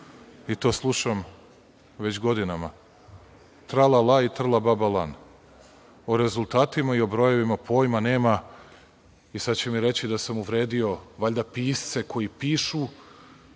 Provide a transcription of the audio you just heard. To slušam već godinama tra-la-la i trla baba lan. O rezultatima i o brojevima pojma nema i sad će mi reći da sam uvredio valjda pisce koji pišu